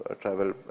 travel